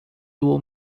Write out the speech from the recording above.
will